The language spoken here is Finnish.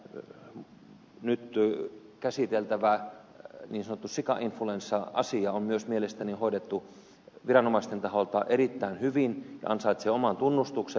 tämä nyt käsiteltävä niin sanottu sikainf luenssa asia on myös mielestäni hoidettu viranomaisten taholta erittäin hyvin ja ansaitsee oman tunnustuksen